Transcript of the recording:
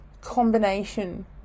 combination